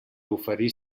oferir